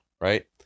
right